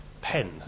pen